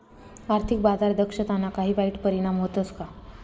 आर्थिक बाजार दक्षताना काही वाईट परिणाम व्हतस का